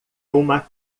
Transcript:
uma